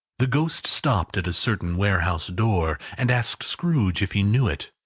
the ghost stopped at a certain warehouse door, and asked scrooge if he knew it.